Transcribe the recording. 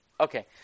Okay